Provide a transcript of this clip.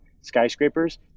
skyscrapers